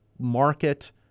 market